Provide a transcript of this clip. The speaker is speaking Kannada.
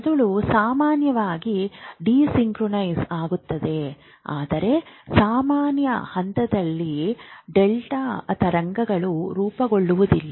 ಮೆದುಳು ಸಾಮಾನ್ಯವಾಗಿ ಡೈಸಿಂಕ್ರೊನೈಸ್ ಆಗುತ್ತದೆ ಆದರೆ ಸಾಮಾನ್ಯ ಹಂತದಲ್ಲಿ ಡೆಲ್ಟಾ ತರಂಗಗಳು ರೂಪುಗೊಳ್ಳುವುದಿಲ್ಲ